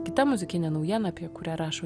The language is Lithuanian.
kita muzikinė naujiena apie kurią rašo